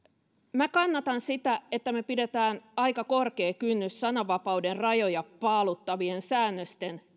minä kannatan sitä että pidetään aika korkea kynnys sananvapauden rajoja paaluttavien säännösten